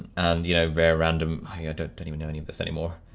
and you know, very random. i ah don't don't even know any of this anymore.